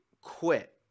quit